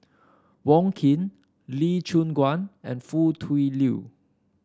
Wong Keen Lee Choon Guan and Foo Tui Liew